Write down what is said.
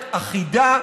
במערכת אחידה,